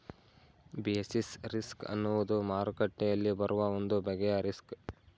basis risk ಅನ್ನುವುದು ಮಾರುಕಟ್ಟೆಯಲ್ಲಿ ಬರುವ ಒಂದು ಬಗೆಯ ರಿಸ್ಕ್